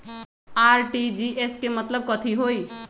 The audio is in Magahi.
आर.टी.जी.एस के मतलब कथी होइ?